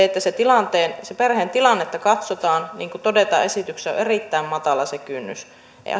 että sen perheen tilannetta katsotaan niin kuin todetaan esityksessä on erittäin matala se kynnys